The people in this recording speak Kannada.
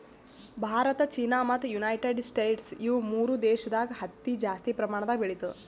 ಭಾರತ ಚೀನಾ ಮತ್ತ್ ಯುನೈಟೆಡ್ ಸ್ಟೇಟ್ಸ್ ಇವ್ ಮೂರ್ ದೇಶದಾಗ್ ಹತ್ತಿ ಜಾಸ್ತಿ ಪ್ರಮಾಣದಾಗ್ ಬೆಳಿತದ್